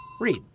Read